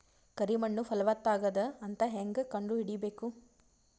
ಕರಿ ಮಣ್ಣು ಫಲವತ್ತಾಗದ ಅಂತ ಹೇಂಗ ಕಂಡುಹಿಡಿಬೇಕು?